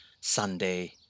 Sunday